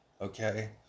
Okay